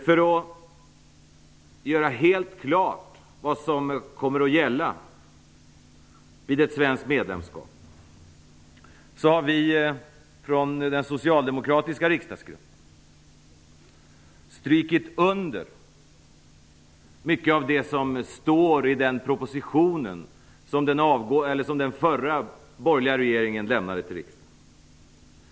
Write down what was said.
För att göra vad som kommer att gälla vid ett svenskt medlemskap helt klart har vi från den socialdemokratiska riksdagsgruppen strukit under mycket av det som står i den proposition som den förra, borgerliga regeringen lämnade till riksdagen.